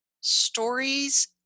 stories